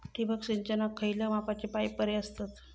ठिबक सिंचनाक खयल्या मापाचे पाईप बरे असतत?